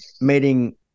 meeting